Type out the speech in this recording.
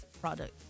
product